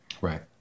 right